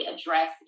address